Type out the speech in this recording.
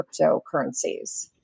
cryptocurrencies